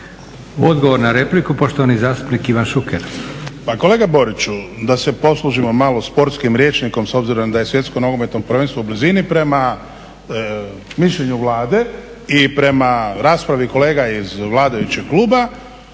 Odgovor na repliku, poštovani zastupnik Ivan Šuker. **Šuker, Ivan (HDZ)** Pa kolega Boriću, da se poslužimo malo sportskim rječnikom s obzirom da je Svjetsko nogometno prvenstvo u blizini prema mišljenju Vlade i prema raspravi kolega iz vladajućeg kluba